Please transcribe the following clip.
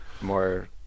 more